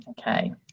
okay